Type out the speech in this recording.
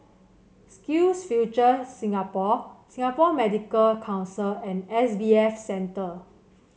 SkillsFuture Singapore Singapore Medical Council and S B F Center